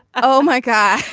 oh my god.